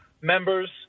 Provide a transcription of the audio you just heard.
members